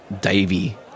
Davy